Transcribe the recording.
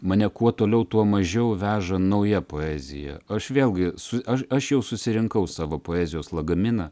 mane kuo toliau tuo mažiau veža nauja poezija aš vėl gi su aš aš jau susirinkau savo poezijos lagaminą